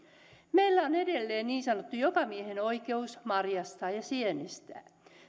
meillä on edelleen niin sanottu jokamiehenoikeus marjastaa ja sienestää